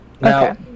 Now